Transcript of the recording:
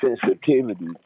Sensitivity